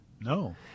No